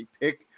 pick